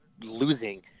losing